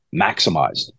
maximized